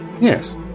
Yes